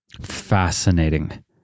Fascinating